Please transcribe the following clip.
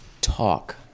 Talk